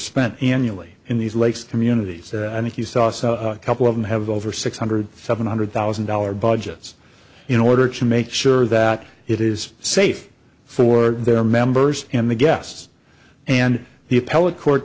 spent annually in these lakes communities and if you saw a couple of them have over six hundred seven hundred thousand dollar budgets in order to make sure that it is safe for their members and the guests and the